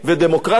תודה רבה.